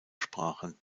sprachen